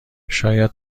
شاید